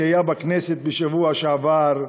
שהיה בכנסת בשבוע שעבר,